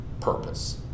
purpose